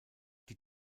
die